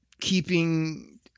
keeping